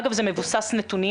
אגב זה מבוסס נתונים,